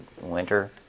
winter